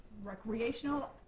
Recreational